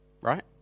right